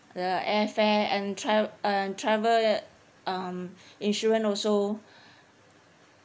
the airfare and tra~ and travel um insurance also